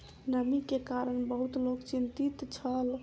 नमी के कारण बहुत लोक चिंतित छल